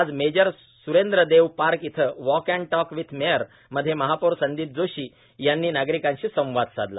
आज major Surendradev park येथे walk and talk with mayor मध्ये महापौर संदीप जोशी यांनी नागरिकांशी संवाद साधला